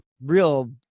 real